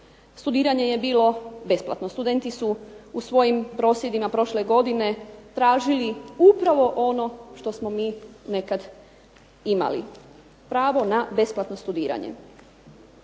studiranje je bilo besplatno. Studenti su u svojim prosvjedima prošle godine tražili upravo ono što smo mi nekad imali – pravo na besplatno studiranje.